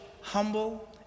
humble